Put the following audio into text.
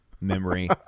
memory